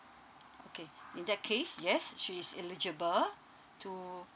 okay in that case yes she's eligible to